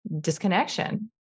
disconnection